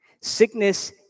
Sickness